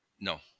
No